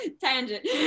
tangent